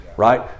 right